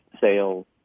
sales